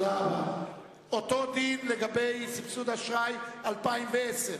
זה זמן פציעות, אותו דין לגבי סבסוד אשראי ל-2010.